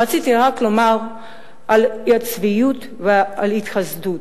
רציתי רק לדבר על הצביעות ועל ההתחסדות.